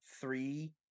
three